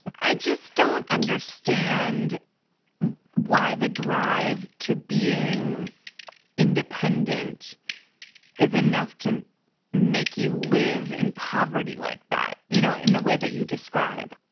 i just don't understand why the drive to being independent is enough to make you live in poverty like that, you know, in the way that you describe.